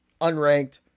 unranked